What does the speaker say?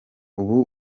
uba